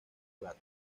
plata